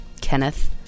Kenneth